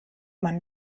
man